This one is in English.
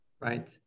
right